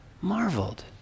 marveled